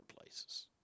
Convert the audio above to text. places